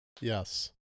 Yes